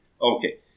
Okay